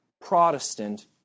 Protestant